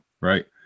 right